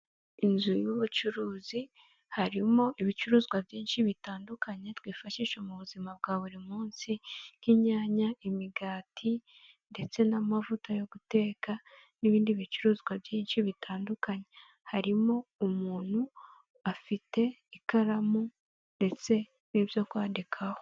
Inzu y'ubucuruzi harimo ibicuruzwa byinshi bitandukanye twifashisha mu buzima bwa buri munsi nk'inyanya, imigati ndetse n'amavuta yo guteka n'ibindi bicuruzwa byinshi bitandukanye, harimo umuntu afite ikaramu ndetse n'ibyo kwandikaho.